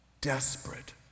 desperate